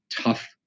tough